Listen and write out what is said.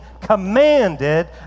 commanded